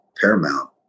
Paramount